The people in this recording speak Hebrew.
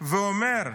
ואומר: